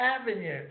avenues